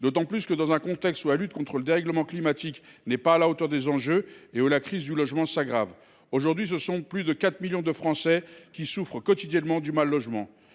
dans un contexte où la lutte contre le dérèglement climatique n’est pas à la hauteur des enjeux et où la crise du logement s’aggrave. Aujourd’hui, ce sont plus de 4 millions de Français qui souffrent quotidiennement du mal logement.